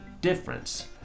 difference